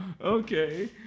Okay